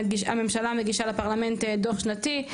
המדינה מגישה לפרלמנט דוח שנתי,